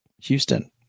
Houston